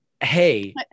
Hey